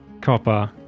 copper